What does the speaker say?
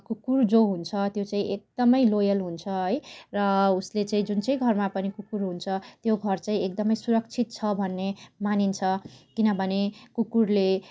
कुकुर जो हुन्छ त्यो चाहिँ एकदमै लोयल हुन्छ है र उसले चाहिँ जुन चाहिँ घरमा पनि कुकुर हुन्छ त्यो घर चाहिँ एकदमै सुरक्षित छ भन्ने मानिन्छ किनभने कुकुरले